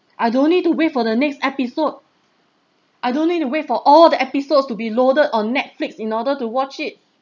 I don't need to wait for the next episode I don't need to wait for all the episodes to be loaded on Netflix in order to watch it